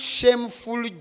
shameful